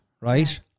right